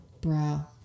Bro